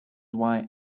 why